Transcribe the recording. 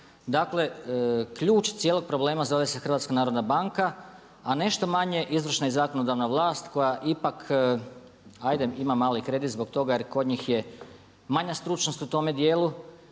Dakle, ključ cijelog problema zove se HNB, a nešto manje izvršna i zakonodavna vlast koja ipak ajde ima mali kredit zbog toga jer kod njih je manja stručnost u tome dijelu.